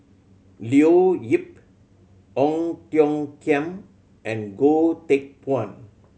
Leo Yip Ong Tiong Khiam and Goh Teck Phuan